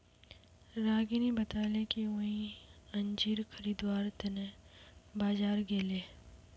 रागिनी बताले कि वई अंजीर खरीदवार त न बाजार गेले